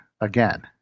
again